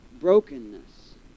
brokenness